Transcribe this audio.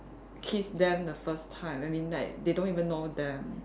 kiss them the first time I mean like they don't even know them